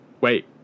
wait